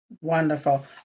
Wonderful